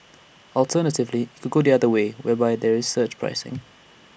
alternatively IT could go the other way whereby there's surge pricing